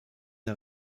der